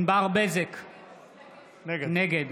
נגד